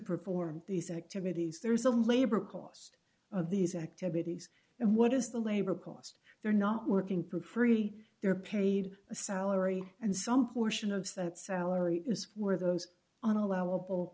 perform these activities there is a labor cost of these activities and what is the labor cost they're not working proofread they're paid a salary and some portion of that salary is where those on allowable